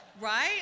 Right